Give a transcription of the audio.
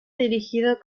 dirigido